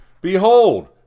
behold